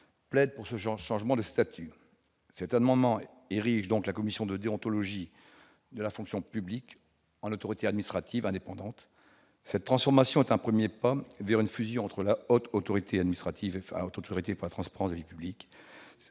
plaide pour ce genre changement de statut, cet amendement et Éric donc la commission de déontologie de la fonction publique à l'autorité administrative indépendante, cette transformation est un 1er pas vers une fusion entre la haute autorité administrative haute autorité pas transparent les publics